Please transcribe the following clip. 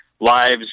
lives